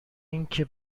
اینکه